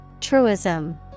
truism